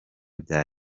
bya